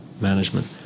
management